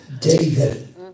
David